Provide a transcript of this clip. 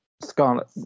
Scarlet